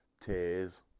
tears